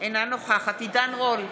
אינה נוכחת עידן רול,